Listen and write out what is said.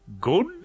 Good